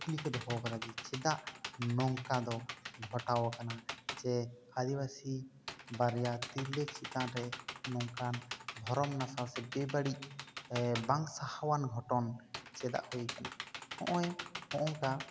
ᱠᱩᱠᱞᱤ ᱠᱚ ᱫᱚᱦᱚ ᱟᱠᱟᱫᱟ ᱡᱮ ᱪᱮᱫᱟᱜ ᱱᱚᱝᱠᱟ ᱫᱚ ᱜᱷᱚᱴᱟᱣ ᱟᱠᱟᱱᱟ ᱪᱮ ᱟᱹᱫᱤᱵᱟᱹᱥᱤ ᱵᱟᱨᱮᱭᱟ ᱛᱤᱨᱞᱟᱹ ᱪᱮᱛᱟᱱ ᱨᱮ ᱱᱚᱝᱠᱟᱱ ᱵᱷᱚᱨᱚᱢ ᱱᱟᱥᱟᱣ ᱥᱮ ᱵᱮᱵᱟᱹᱲᱤᱡ ᱵᱟᱝ ᱥᱟᱦᱟᱣᱟᱱ ᱜᱷᱚᱴᱚᱱ ᱪᱮᱫᱟᱜ ᱦᱩᱭ ᱟᱠᱟᱱᱟ ᱦᱚᱜᱼᱚᱭ ᱱᱚᱝᱠᱟ